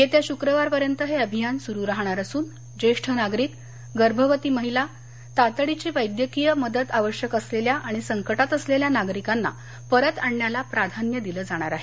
येत्या शुक्रवारपर्यंत हे अभियान सुरू राहणार असून ज्येष्ठ नागरिक गर्भवती महिला तातडीची वैद्यकीय मदत आवश्यक असलेल्या आणि संकटात असलेल्या नागरिकांना परत आणण्याला प्राधान्य दिलं जाणार आहे